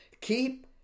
keep